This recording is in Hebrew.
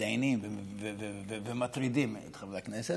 מתדיינים ומטרידים את חברי הכנסת,